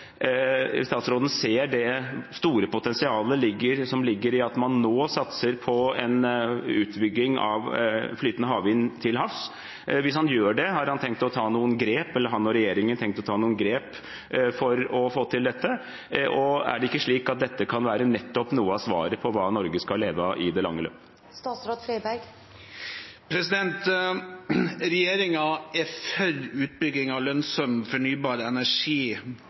statsråden ser det store potensialet som ligger i at man nå satser på en utbygging av flytende havvind. Har han og regjeringen tenkt å ta noen grep for å få til dette? Og er det ikke slik at dette nettopp kan være noe av svaret på hva Norge skal leve av i det lange løp? Regjeringen er for utbygging av lønnsom fornybar energi